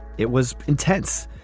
it was intense.